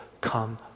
come